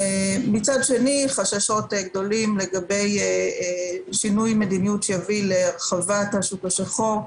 מצד שני חששות גדולים לגבי שינוי מדיניות שיביא להרחבת השוק השחור,